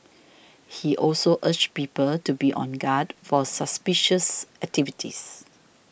he also urged people to be on guard for suspicious activities